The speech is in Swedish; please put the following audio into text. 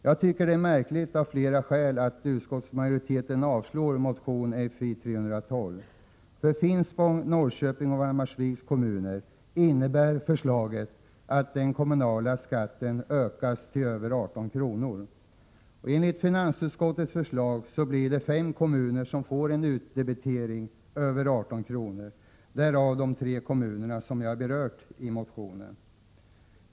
Jag tycker det är märkligt av flera skäl att utskottsmajoriteten avstyrker motion Fi312. För Finspångs, Norrköpings och Valdemarsviks kommuner innebär förslaget att den kommunala skatten ökas till över 18 kr. Enligt finansutskottets förslag blir det fem kommuner som får en utdebitering över 18 kr., däribland de tre kommuner som jag berört i motionen.